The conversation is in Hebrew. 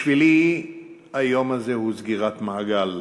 בשבילי היום הזה הוא סגירת מעגל